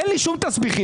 אין לי שום תסביכים,